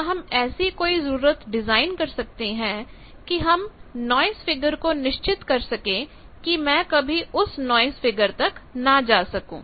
क्या हम ऐसी कोई जरूरत डिजाइन कर सकते हैं कि हम नाइस फिगर को निश्चित कर सके कि मैं कभी उस नाइस फिगर तक ना जा सकूं